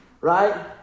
right